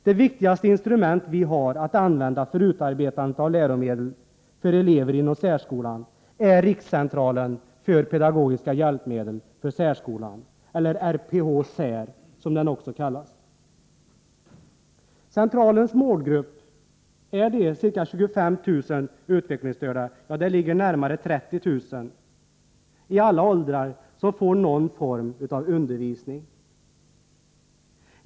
Det viktigaste instrument som vi har att använda för utarbetandet av läromedel för elever inom särskolan är rikscentralen för pedagogiska hjälpmedel för särskolan, eller RPH-SÄR, som den också kallas. Centralens målgrupp är de närmare 30 000 utvecklingsstörda i alla åldrar som får någon form av undervisning.